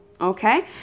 Okay